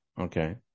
okay